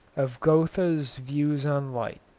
of goethe's views on light.